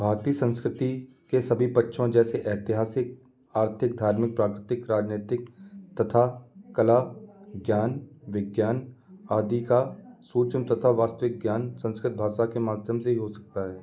भारतीय संस्कृति के सभी पक्षों जैसे ऐतिहासिक आर्थिक धार्मिक प्राकृतिक राजनैतिक तथा कला ज्ञान विज्ञान आदी का सुचन तथा वास्तविक ज्ञान संस्कृत भाषा के माध्यम से ही हो सकता है